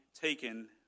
taken